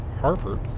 Harvard